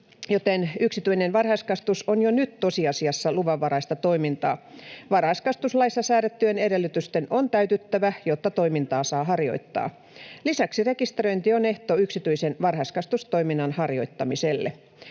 joten yksityinen varhaiskasvatus on jo nyt tosiasiassa luvanvaraista toimintaa: varhaiskasvatuslaissa säädettyjen edellytysten on täytyttävä, jotta toimintaa saa harjoittaa. Lisäksi rekisteröinti on ehto yksityisen varhaiskasvatustoiminnan harjoittamiselle.